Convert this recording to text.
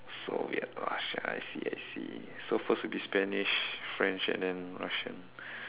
so weird lah I see I see so first would be Spanish French and then Russian